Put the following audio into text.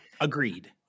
Agreed